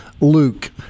Luke